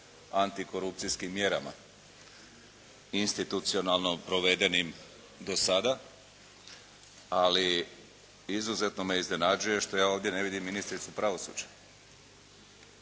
antikorupcijskim mjerama institucionalno provedenim do sada, ali izuzetno me iznenađuje što ja ovdje ne vidim ministricu pravosuđa.